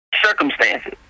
Circumstances